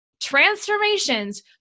Transformations